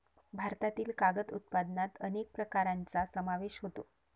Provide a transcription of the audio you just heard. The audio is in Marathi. भारतातील कागद उत्पादनात अनेक प्रकारांचा समावेश होतो